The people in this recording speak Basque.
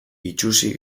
itsusi